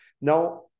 Now